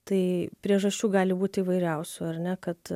tai priežasčių gali būt įvairiausių ar ne kad